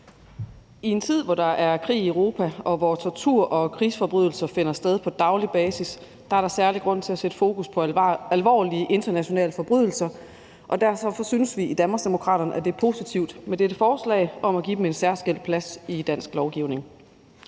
I en tid, hvor der er krig i Europa, og hvor tortur og krigsforbrydelser finder sted på daglig basis, er der særlig grund til at sætte fokus på alvorlige internationale forbrydelser, og derfor synes vi i Danmarksdemokraterne, at det er positivt med dette forslag om at give dem en særskilt plads i dansk lovgivning.